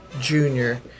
junior